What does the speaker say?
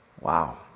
Wow